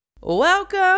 Welcome